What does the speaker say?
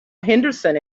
henderson